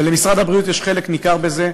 ולמשרד הבריאות יש חלק ניכר בזה.